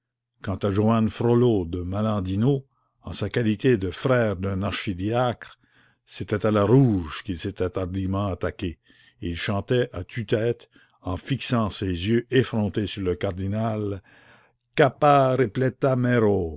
quant à joannes frollo de molendino en sa qualité de frère d'un archidiacre c'était à la rouge qu'il s'était hardiment attaqué et il chantait à tue-tête en fixant ses yeux effrontés sur le cardinal